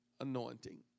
anointing